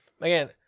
Again